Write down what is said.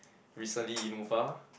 recently Innova